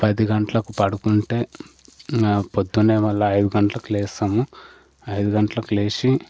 పది గంటలకు పడుకుంటే నాకు పొద్దున్నే మళ్ళా ఐదు గంటలకు లేస్తాము ఐదు గంటలకు లేచి